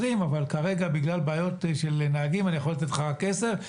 אבל כרגע בגלל בעיות של נהגים אני יכול לתת לך רק עשרה,